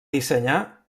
dissenyar